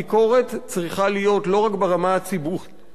הביקורת צריכה להיות לא רק ברמה הציבורית,